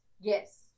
Yes